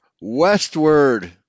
westward